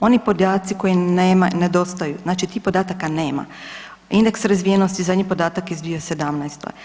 Oni podaci koji nedostaju, znači tih podataka nema, indeks razvijenosti zadnji podatak iz 2017.